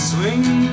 Swing